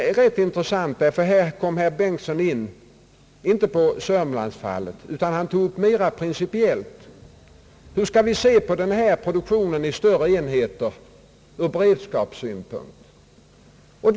Det är rätt intressant, därför att här kommer herr Bengtson inte in på sörmlandsfallet, utan på ett mera principiellt plan: Hur skall vi se på den här produktionen i större enheter ur beredskapssynpunkt?